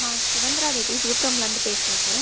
நான் சுதந்திரா தேவி விழுப்புரம்லேருந்து பேசுகிறேன் சார்